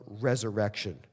resurrection